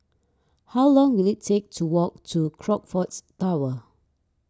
how long will it take to walk to Crockfords Tower